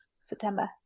September